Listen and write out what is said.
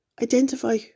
Identify